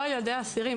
לא על ילדי האסירים.